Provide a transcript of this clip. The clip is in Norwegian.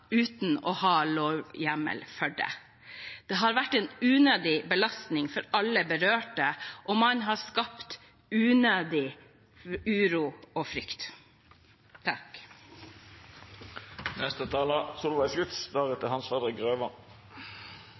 uten å ha lovhjemmel for det. Det har vært en unødig belastning for alle berørte. Man har skapt unødig uro og frykt.